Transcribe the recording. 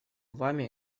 вами